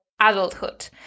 adulthood